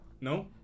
No